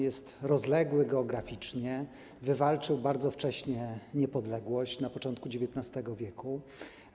Jest rozległy geograficznie, wywalczył bardzo wcześnie niepodległość, na początku XIX w.